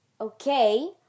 Okay